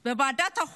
אחרי שהוא עבר בטרומית,